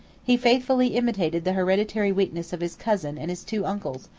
he faithfully imitated the hereditary weakness of his cousin and his two uncles,